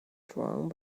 drawing